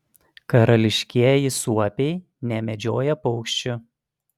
karališkieji suopiai nemedžioja paukščių